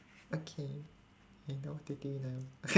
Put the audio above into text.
okay I know what to do now